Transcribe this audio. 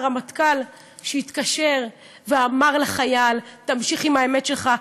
לרמטכ"ל שהתקשר ואמר לחייל: תמשיך עם האמת שלך.